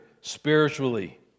spiritually